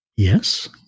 Yes